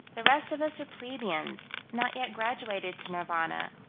the rest of us are plebeians, not yet graduated to nirvana,